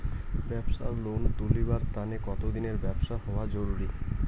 ব্যাবসার লোন তুলিবার তানে কতদিনের ব্যবসা হওয়া জরুরি?